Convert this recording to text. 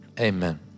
Amen